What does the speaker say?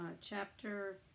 Chapter